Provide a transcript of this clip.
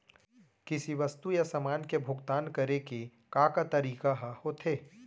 किसी वस्तु या समान के भुगतान करे के का का तरीका ह होथे?